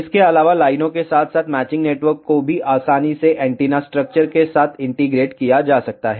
इसके अलावा लाइनों के साथ साथ मैचिंग नेटवर्क को भी आसानी से एंटीना स्ट्रक्चर के साथ इंटीग्रेट किया जा सकता है